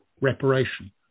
reparation